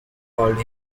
called